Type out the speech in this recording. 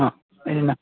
ആ അതിന് എന്താ